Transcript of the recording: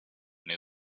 near